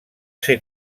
ser